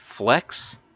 Flex